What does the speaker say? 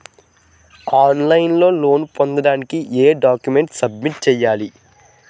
On line లో loan పొందటానికి ఎం డాక్యుమెంట్స్ సబ్మిట్ చేయాలి?